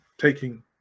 taking